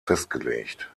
festgelegt